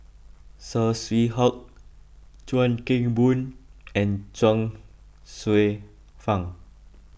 Saw Swee Hock Chuan Keng Boon and Chuang Hsueh Fang